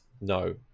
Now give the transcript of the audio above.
no